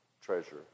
Treasure